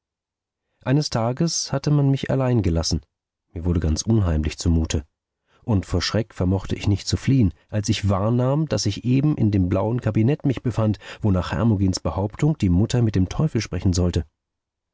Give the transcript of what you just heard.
eines tages hatte man mich allein gelassen mir wurde ganz unheimlich zumute und vor schreck vermochte ich nicht zu fliehen als ich wahrnahm daß ich eben in dem blauen kabinett mich befand wo nach hermogens behauptung die mutter mit dem teufel sprechen sollte